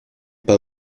pas